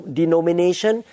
denomination